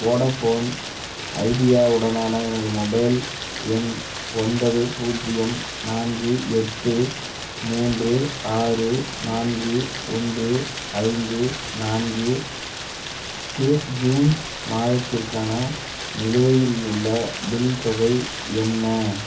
Vodafone Idea உடனான எனது mobile எண் ஒன்பது பூஜ்ஜியம் நான்கு எட்டு மூன்று ஆறு நான்கு ஒன்று ஐந்து நான்குக்கு ஜூன் மாதத்திற்கான நிலுவையில் உள்ள பில் தொகை என்ன